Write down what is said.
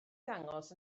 ddangos